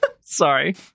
Sorry